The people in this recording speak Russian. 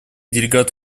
делегат